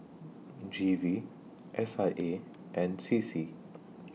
G V S I A and C C